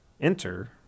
Enter